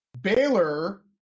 Baylor